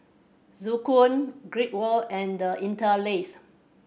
Joo Koon Great World and The Interlace